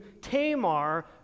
Tamar